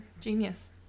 genius